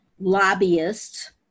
lobbyists